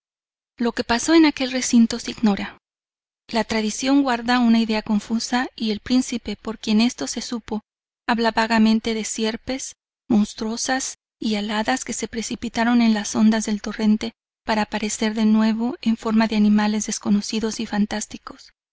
lo que paso en aquel recinto se ignora la tradición guarda una idea confusa y el principie por quien esto se supo habla vagamente de sierpes monstruosas y aladas que se precipitaron en las ondas del torrente para aparecer de nuevo en forma de animales desconocidos y fantásticos